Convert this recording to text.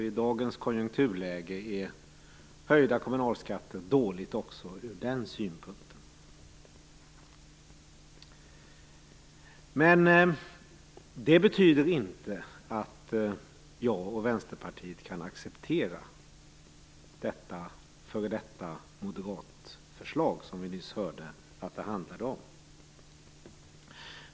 I dagens konjunkturläge är höjda kommunalskatter dåligt också ur den synpunkten. Det betyder inte att jag och Vänsterpartiet kan acceptera detta f.d. moderatförslag, som vi nyss hörde att det handlar om.